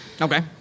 Okay